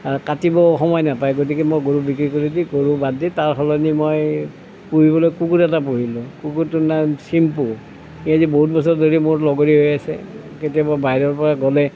আৰু কাটিবও সময় নাপায় গতিকে মই গৰু বিক্ৰী কৰি দি গৰু বাদ দি তাৰ সলনি মই পোহিবলৈ কুকুৰ এটা পোহিলোঁ কুকুৰটোৰ নাম চিম্পু সি আজি বহুত বছৰ ধৰি মোৰ লগৰী হৈ আছে কেতিয়াবা বাহিৰৰ পৰা গ'লে